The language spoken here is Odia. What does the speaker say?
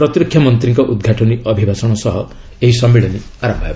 ପ୍ରତିରକ୍ଷା ମନ୍ତ୍ରୀଙ୍କ ଉଦ୍ଘାଟନୀ ଅଭିଭାଷଣ ସହ ସମ୍ମିଳନୀ ଆରମ୍ଭ ହେବ